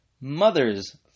mother's